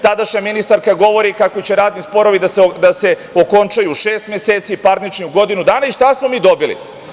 Tadašnja ministarka govori kako će radni sporovi da se okončaju u šest meseci, parnični u godinu dana, šta smo dobili?